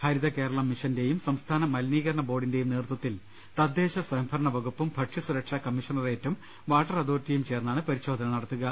ഹരിത കേരളം മിഷ ന്റെയും സംസ്ഥാന മലിനീകരണ ബോർഡിന്റെയും നേതൃത്വത്തിൽ തദ്ദേശ സ്ഥയം ഭരണ വകുപ്പും ഭക്ഷ്യസുരക്ഷാ കമ്മീഷണറേറ്റും വാട്ടർ അതോറിറ്റിയും ചേർന്നാണ് പരിശോധന നടത്തുക